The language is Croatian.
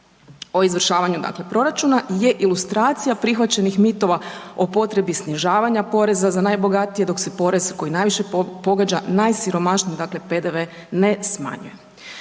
o izvršavanju dakle proračuna je ilustracija prihvaćenih mitova o potrebi snižavanja poreza za najbogatije, dok se porez koji najviše pogađa najsiromašnije dakle, PDV, ne smanjuje.